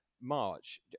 March